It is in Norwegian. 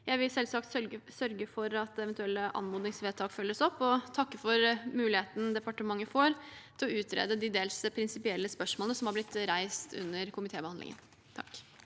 Jeg vil selvsagt sørge for at eventuelle anmodningsvedtak følges opp, og takker for muligheten departementet får til å utrede de dels prinsipielle spørsmålene som har blitt reist under komitébehandlingen.